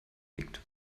liegt